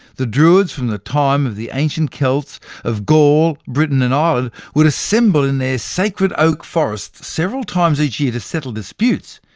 the druids from the time of the ancient celts of gaul, britain and ireland would assemble in their sacred oak forests several times each year to settle disputes,